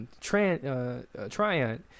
triant